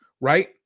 right